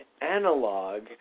analog